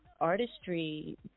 artistry